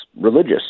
religious